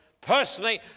Personally